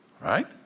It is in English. right